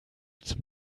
zum